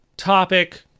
Topic